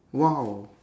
!wow!